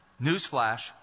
Newsflash